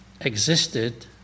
existed